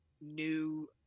new